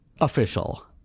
official